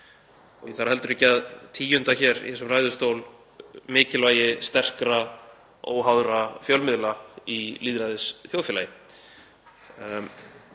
þarf heldur ekki að tíunda hér í þessum ræðustól mikilvægi sterkra óháðra fjölmiðla í lýðræðisþjóðfélagi.